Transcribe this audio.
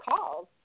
calls